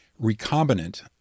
recombinant